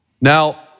Now